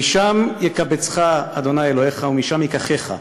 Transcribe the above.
משם יקבצך ה' אלהיך ומשם יִקחך.